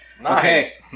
Nice